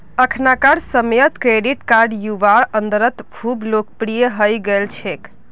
अखनाकार समयेत credit card युवार अंदरत खूब लोकप्रिये हई गेल छेक